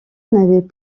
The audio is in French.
n’avaient